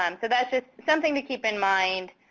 um so that's just something to keep in mind,